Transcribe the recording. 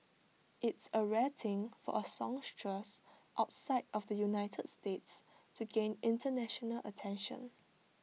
it's A rare thing for A songstress outside of the united states to gain International attention